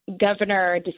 Governor